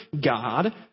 God